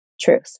truth